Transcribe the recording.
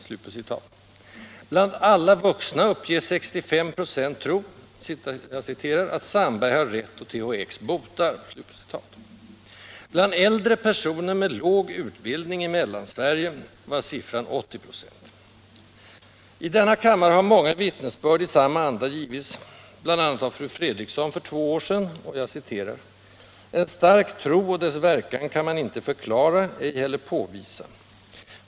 Bland alla vuxna uppges 65 96 tro ”att Sandberg har rätt och att THX botar”. Bland äldre personer med låg utbildning i Mellansverige var siffran 80 96.1 denna kammare har många vittnesbörd i samma anda givits, bl.a. av fru Fredrikson för två år sedan: ”--—- en stark tro och dess verkan kan man inte förklara, ej heller påvisa.